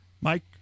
Mike